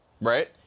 right